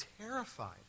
terrified